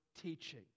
teaching